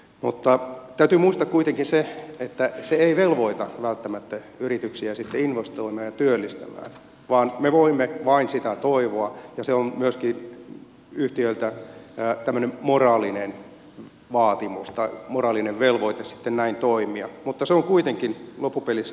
mutta täytyy muistaa kuitenkin se että se ei velvoita välttämättä yrityksiä sitten investoimaan ja työllistämään vaan me voimme vain sitä toivoa ja se on myöskin yhtiöiltä tämmöinen moraalinen velvoite sitten näin toimia mutta se on kuitenkin loppupelissä toive